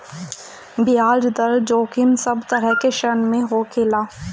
बियाज दर जोखिम सब तरह के ऋण में होखेला